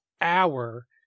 hour